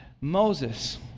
Moses